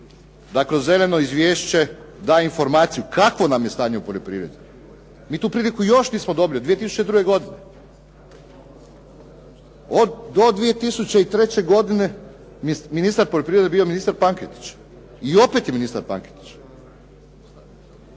da kroz zeleno izvješće da informaciju kakvo nam je stanje u poljoprivredi. Mi tu priliku još nismo dobili od 2002. godine. Do 2003. godine ministar poljoprivrede je bio ministar Pankretić i opet je ministar Pankretić.